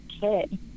kid